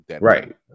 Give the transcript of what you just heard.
Right